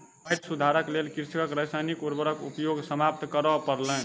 माइट सुधारक लेल कृषकक रासायनिक उर्वरक उपयोग समाप्त करअ पड़लैन